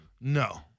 No